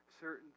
certain